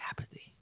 Apathy